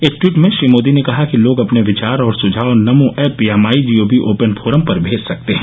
एक ट्वीट में श्री मोदी ने कहा कि लोग अपने विचार और सुझाव नमो ऐप या माई जीओवी ओपन फोरम पर भेज सकते हैं